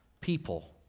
People